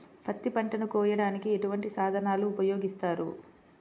పత్తి పంటను కోయటానికి ఎటువంటి సాధనలు ఉపయోగిస్తారు?